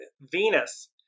Venus